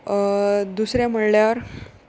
दुसरें म्हळ्यार